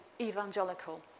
evangelical